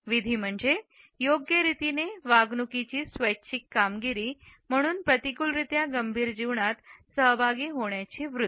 विधी म्हणजे योग्य रीतीने वागणुकीची स्वैच्छिक कामगिरी म्हणून प्रतिकूलरित्या गंभीर जीवनात सहभागी होण्याची वृत्ती